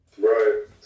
right